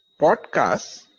podcasts